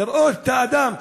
לראות את האדם,